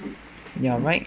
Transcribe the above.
ya right